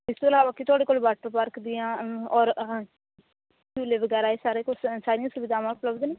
ਇਸ ਤੋਂ ਇਲਾਵਾ ਕੀ ਤੁਹਾਡੇ ਕੋਲ ਵਾਟਰ ਪਾਰਕ ਦੀਆਂ ਔਰ ਝੂਲੇ ਵਗੈਰਾ ਇਹ ਸਾਰੇ ਕੁਛ ਸਾਰੀਆਂ ਸੁਵਿਧਾਵਾਂ ਉਪਲਬਧ ਨੇ